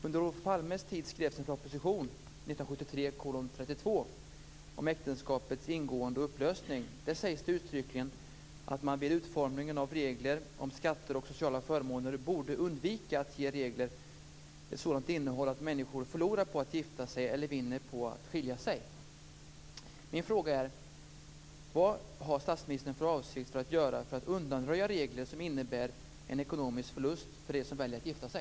Under Olof Palmes tid skrevs en proposition, Där sägs det uttryckligen att man vid utformningen av regler om skatter och sociala förmåner borde undvika att ge regler ett sådant innehåll att människor förlorar på att gifta sig eller vinner på att skilja sig.